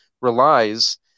relies